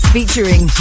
Featuring